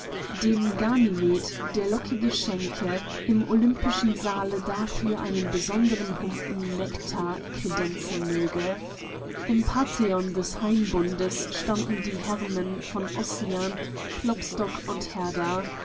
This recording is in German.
dem ganymed der lockige schenke im olympischen saale dafür einen besonderen humpen nektar kredenzen möge im pantheon des hainbundes standen die hermen von ossian klopstock und herder dagegen